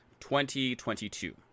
2022